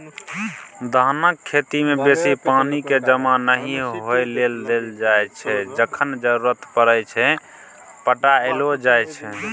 धानक खेती मे बेसी पानि केँ जमा नहि होइ लेल देल जाइ छै जखन जरुरत परय छै पटाएलो जाइ छै